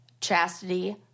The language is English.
chastity